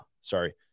sorry